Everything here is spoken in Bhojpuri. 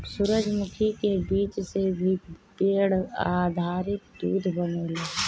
सूरजमुखी के बीज से भी पेड़ आधारित दूध बनेला